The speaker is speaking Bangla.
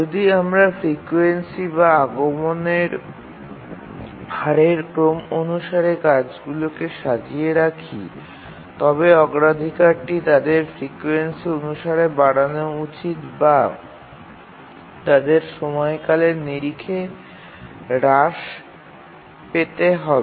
যদি আমরা ফ্রিকোয়েন্সি বা আগমনের হারের ক্রম অনুসারে কাজগুলিকে সাজিয়ে রাখি তবে অগ্রাধিকারটি তাদের ফ্রিকোয়েন্সি অনুসারে বাড়ানো উচিত বা তাদের সময়কালের নিরিখে হ্রাস পেতে হবে